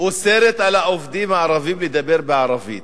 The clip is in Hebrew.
אוסרת על העובדים הערבים לדבר בערבית.